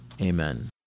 Amen